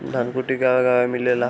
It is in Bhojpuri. धनकुट्टी गांवे गांवे मिलेला